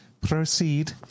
Proceed